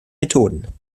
methoden